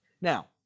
Now